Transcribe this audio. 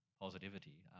positivity